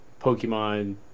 Pokemon